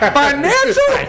financial